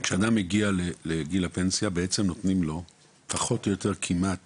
כשאדם מגיע לגיל הפנסיה בעצם נותנים לו פחות או יור כמעט